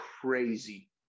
crazy